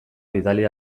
bidali